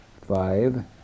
five